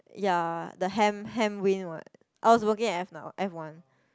ya the Ham Ham win what I was working at F now F one